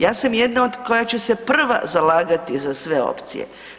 Ja sam jedna od koja će se prva zalagati za sve opcije.